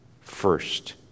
first